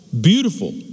Beautiful